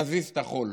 נזיז את החול.